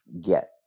get